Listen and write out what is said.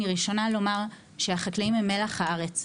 אני הראשונה לומר שהחקלאים הם מלח הארץ.